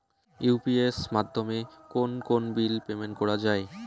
AEPS মাধ্যমে কোন কোন বিল পেমেন্ট করা যায়?